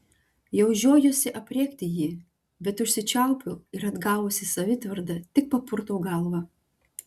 jau žiojuosi aprėkti jį bet užsičiaupiu ir atgavusi savitvardą tik papurtau galvą